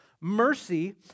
mercy